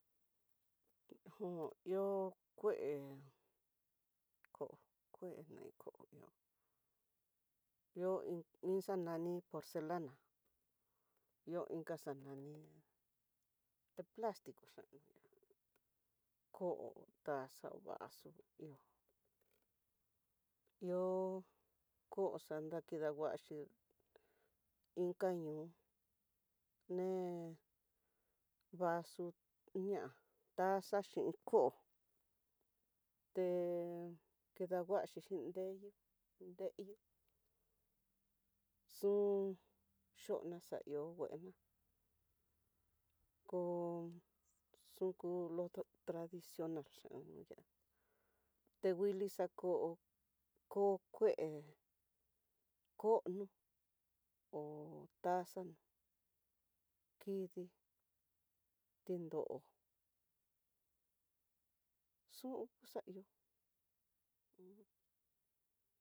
Tejón ihó kue ko kue nikonió ihó inxa nani porcelana, ihó inka xanani de platico xanaña koo, taza, vaso, ihó ihó koo xan ndakida nguaxhi, inka ñoo né vaso ña'a, taza xhin koo té kidanguaxhi xhin nreyu nreyu xun yona xahió nguana koo xunku loto tradicional anluyu yá, tenguili xako koo kue kono hó taza kidii tindo'o xunku xahió ujun.